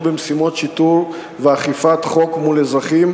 במשימות שיטור ואכיפת חוק מול אזרחים,